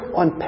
on